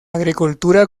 agricultura